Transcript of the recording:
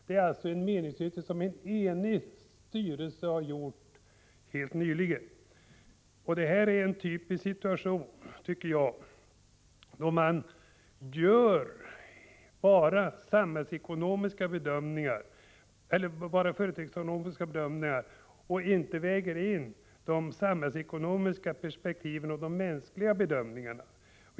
Det är alltså en meningsyttring som en enig styrelse har gjort helt nyligen. Det här är en typisk situation, där man gör enbart företagsekonomiska bedömningar och inte väger in de samhällsekonomiska perspektiven och de mänskliga bedömningarna.